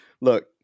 Look